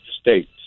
states